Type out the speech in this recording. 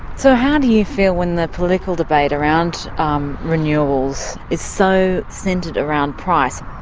so how do you feel when the political debate around renewables is so centred around price,